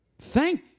thank